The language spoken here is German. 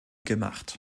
gemacht